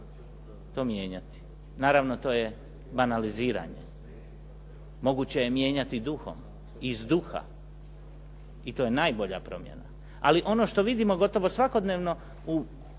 to mijenjati. Naravno to je banaliziranje. Moguće je mijenjati duhom, iz duha i to je najbolja promjena. Ali ono što vidimo gotovo svakodnevno u